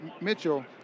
Mitchell